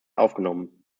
aufgenommen